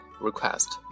request